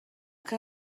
que